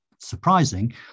surprising